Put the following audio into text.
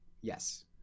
Yes